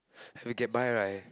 we get buy right